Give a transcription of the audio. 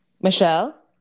Michelle